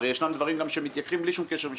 הרי יש דברים שמתייקרים משנה לשנה בלי שום קשר,